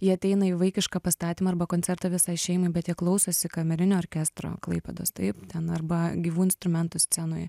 jie ateina į vaikišką pastatymą arba koncertą visai šeimai bet jie klausosi kamerinio orkestro klaipėdos taip ten arba gyvų instrumentų scenoj